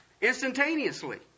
instantaneously